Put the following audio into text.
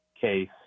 case